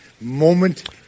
moment